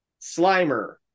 Slimer